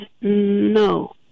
No